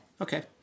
Okay